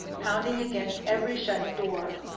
pounding against every shut door.